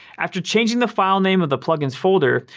after changing the filename of the plugins folder,